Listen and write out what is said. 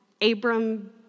Abram